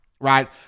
right